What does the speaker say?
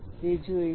તે જોઈશું